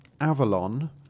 Avalon